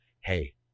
hey